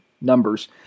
Numbers